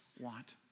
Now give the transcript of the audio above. want